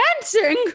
dancing